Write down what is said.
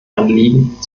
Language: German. anliegen